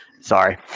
sorry